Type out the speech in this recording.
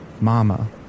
Mama